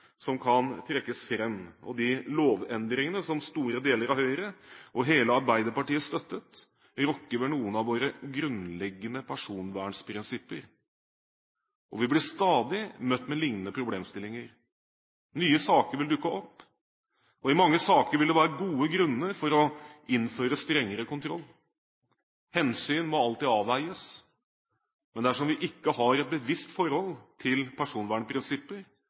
som kan trekkes fram, og de lovendringene som store deler av Høyre og hele Arbeiderpartiet støttet, rokker ved noen av våre grunnleggende personvernprinsipper. Vi blir stadig møtt med liknende problemstillinger. Nye saker vil dukke opp, og i mange saker vil det være gode grunner for å innføre strengere kontroll. Hensyn må alltid avveies, men dersom vi ikke har et bevisst forhold til personvernprinsipper,